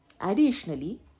Additionally